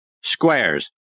Squares